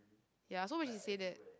ya so when she say that